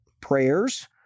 prayers